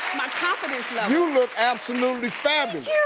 my confidence level you look absolutely fabulous.